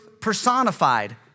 personified